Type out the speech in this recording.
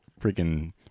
freaking